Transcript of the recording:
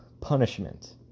punishment